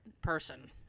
person